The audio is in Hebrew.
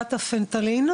מדבקת הפנטניל,